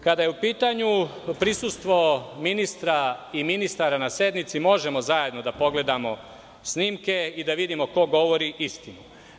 Kada je u pitanju prisustvo ministra i ministara na sednici možemo zajedno da pogledamo snimke i da vidimo ko govori istinu.